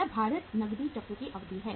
यह भारित नकदी चक्र की अवधि है